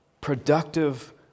productive